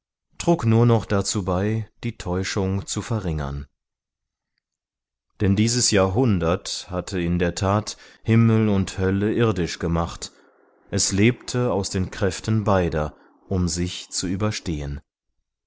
trug nur noch dazu bei die täuschung zu verringern denn dieses jahr hundert hatte in der tat himmel und hölle irdisch gemacht es lebte aus den kräften beider um sich zu überstehen